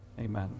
Amen